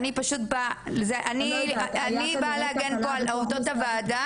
אני באה פשוט להגן פה על עובדות הוועדה,